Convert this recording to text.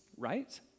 right